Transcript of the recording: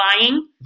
lying